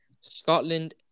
Scotland